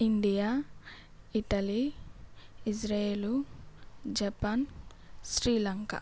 India Italy Israel Japan Sri Lanka